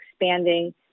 expanding